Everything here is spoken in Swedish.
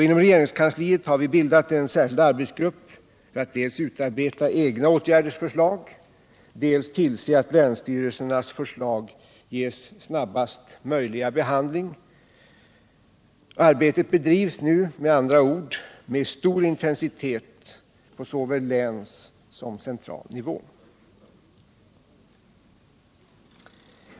Inom regeringskansliet har vi tillsatt en särskild arbetsgrupp för att dels utarbeta egna åtgärdsförslag, dels tillse att länsstyrelsernas förslag ges snabbaste möjliga behandling. Arbetet bedrivs med andra ord nu med stor intensitet på såväl länsnivå som central nivå.